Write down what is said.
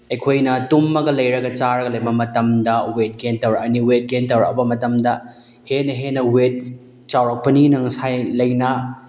ꯑꯩꯈꯣꯏꯅ ꯇꯨꯝꯃꯒ ꯂꯩꯔꯒ ꯆꯥꯔꯒ ꯂꯩꯕ ꯃꯇꯝꯗ ꯋꯦꯠ ꯒꯦꯟ ꯇꯧꯔꯛꯑꯅꯤ ꯋꯦꯠ ꯒꯦꯟ ꯇꯧꯔꯛꯑꯕ ꯃꯇꯝꯗ ꯍꯦꯟꯅ ꯍꯦꯟꯅ ꯋꯦꯠ ꯆꯥꯎꯔꯛꯄꯅꯤꯅ ꯉꯁꯥꯏ ꯂꯥꯏꯅꯥ